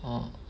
orh